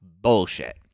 Bullshit